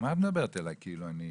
מה את מדברת אליי כאילו אני -.